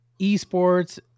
eSports